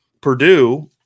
Purdue